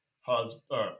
husband